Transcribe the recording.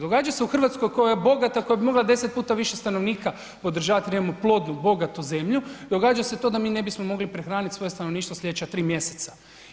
Događa se u Hrvatskoj koja je bogata, koja bi mogla 10 puta više stanovnika održavati jer imamo plodnu, bogatu zemlju, događa se to da mi ne bismo mogli prehraniti svoje stanovništvo sljedeća 3 mjeseca.